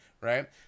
right